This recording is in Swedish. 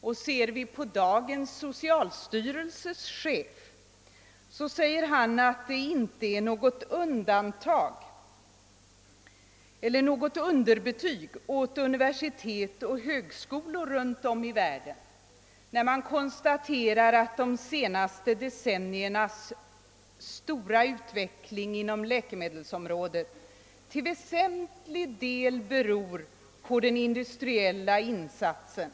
I dag säger chefen för socialstyrelsen, att det inte är något underbetyg åt universitet och högskolor runt om i världen när man konstaterar att de senaste decenniernas stora utveckling inom läkemedelsområdet till väsentlig del beror på den industriella insatsen.